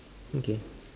okay